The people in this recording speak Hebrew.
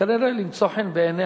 כנראה כדי למצוא חן בעיני